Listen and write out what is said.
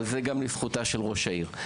אבל זה גם לזכותה של ראש העיר.